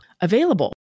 available